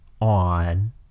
on